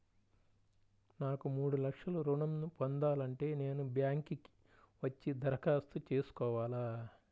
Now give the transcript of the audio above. నాకు మూడు లక్షలు ఋణం ను పొందాలంటే నేను బ్యాంక్కి వచ్చి దరఖాస్తు చేసుకోవాలా?